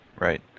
Right